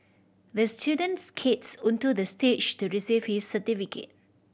the student skated onto the stage to receive his certificate